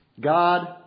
God